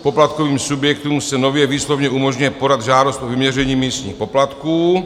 Poplatkovým subjektům se nově výslovně umožňuje podat žádost o vyměření místních poplatků.